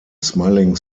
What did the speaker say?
smelling